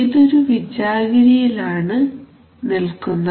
ഇതൊരു വിജാഗിരിയിൽ ആണ് നിൽക്കുന്നത്